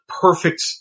perfect